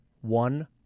one